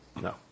No